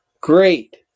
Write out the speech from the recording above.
Great